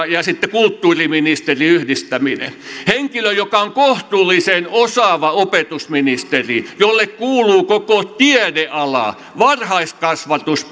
ja sitten kulttuuriministerin yhdistäminen henkilölle joka on kohtuullisen osaava opetusministeri jolle kuuluu koko tiedeala varhaiskasvatus